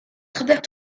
travers